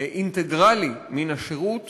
אינטגרלי מן השירות